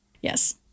Yes